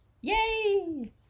Yay